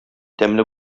тәмле